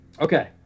okay